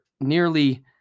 nearly